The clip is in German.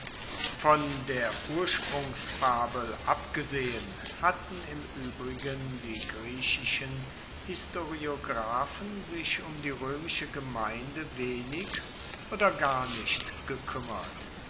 von der ursprungsfabel abgesehen hatten im uebrigen die griechischen historiographen sich um die roemische gemeinde wenig oder gar nicht gekuemmert